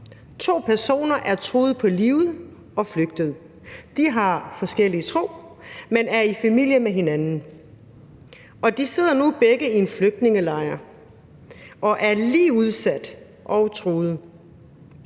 To personer er truet på livet og er flygtet, de har forskellig tro, men er i familie med hinanden, og de sidder nu begge i en flygtningelejr og er lige udsatte og truede.